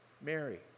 Mary